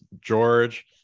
george